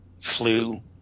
flew